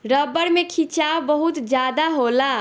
रबड़ में खिंचाव बहुत ज्यादा होला